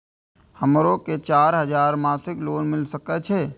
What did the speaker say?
हमरो के चार हजार मासिक लोन मिल सके छे?